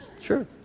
Sure